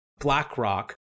BlackRock